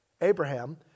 Abraham